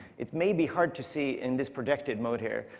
it may be hard to see in this projected mode here,